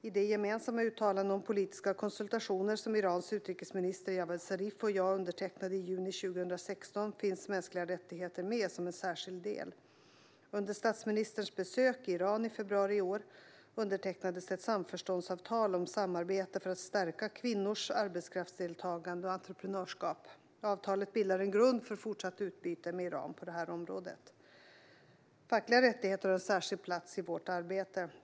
I det gemensamma uttalande om politiska konsultationer som Irans utrikesminister Javad Zarif och jag undertecknade i juni 2016 finns mänskliga rättigheter med som en särskild del. Under statsministerns besök i Iran i februari i år undertecknades ett samförståndsavtal om samarbete för att stärka kvinnors arbetskraftsdeltagande och entreprenörskap. Avtalet bildar en grund för fortsatt utbyte med Iran på det här området. Fackliga rättigheter har en särskild plats i vårt arbete.